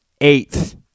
eighth